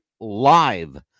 live